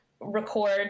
record